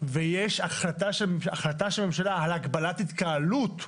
ויש החלטה של הממשלה על הגבלת התקהלות,